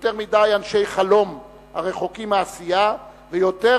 יותר מדי אנשי חלום הרחוקים מעשייה ויותר